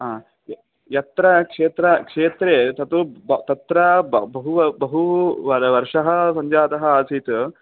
हां यत्र क्षेत्र क्षेत्रे तत् तत्र बहु बहू वर्षः सञ्जातः आसीत्